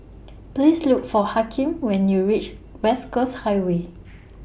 Please Look For Hakeem when YOU REACH West Coast Highway